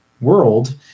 world